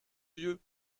vieux